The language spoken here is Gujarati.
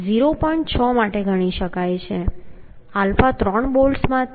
6 માટે ગણી શકાય આલ્ફા 3 બોલ્ટ માટે 0